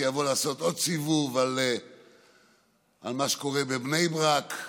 שיבוא לעשות עוד סיבוב על מה שקורה בבני ברק.